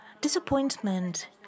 Disappointment